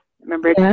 remember